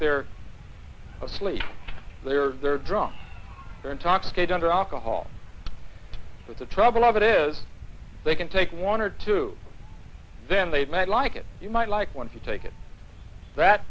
they're asleep they are drunk or intoxicated under alcohol but the trouble of it is they can take one or two then they might like it you might like once you take it that